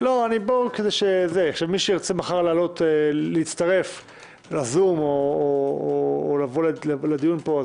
שמי שירצה מחר להצטרף לזום או לבוא לדיון פה,